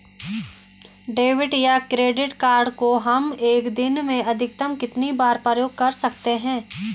Debit या credit card को हम एक दिन में अधिकतम कितनी बार प्रयोग कर सकते हैं?